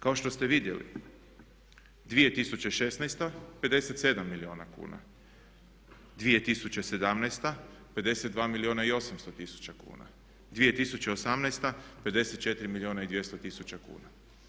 Kao što ste vidjeli 2016. 57 milijuna kuna, 2017. 52 milijuna i 800 tisuća kuna, 2018. 54 milijuna i 200 tisuća kuna.